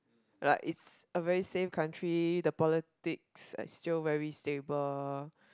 like its a very safe country the politics are still very stable